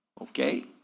Okay